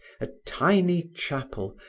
a tiny chapel,